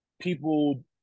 people